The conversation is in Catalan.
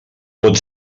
pot